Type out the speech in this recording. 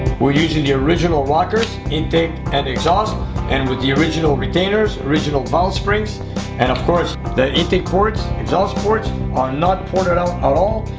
we're using the original rockers, intake and exhaust and with the original retainer s original valve springs and of course the intake ports, exhaust ports not ported out at all.